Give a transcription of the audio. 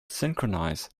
synchronize